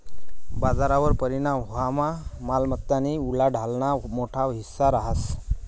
बजारवर परिणाम व्हवामा मालमत्तानी उलाढालना मोठा हिस्सा रहास